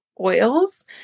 oils